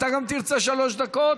גם אתה תרצה שלוש דקות?